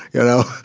you know,